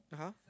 (uh huh)